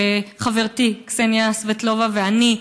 שחברתי קסניה סבטלובה ואני,